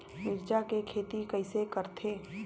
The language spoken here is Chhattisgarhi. मिरचा के खेती कइसे करथे?